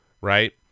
right